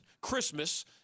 Christmas